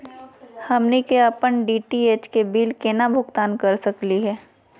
हमनी के अपन डी.टी.एच के बिल केना भुगतान कर सकली हे?